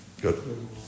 Good